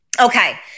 Okay